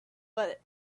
but